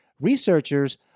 Researchers